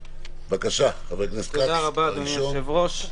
תודה רבה, אדוני היושב-ראש.